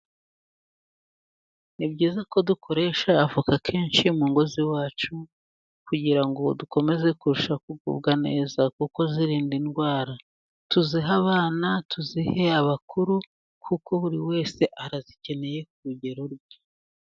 Ni byiza ko dukoresha avoka kenshi mungo z'iwacu, kugira ngo dukomeze kurushaho kugubwa neza kuko zirinda indwara tuzihe abana, tuzihe abakuru, kuko buri wese arazikeneye ku rugero rwe.